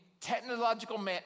technological